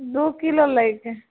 दू किलो लैके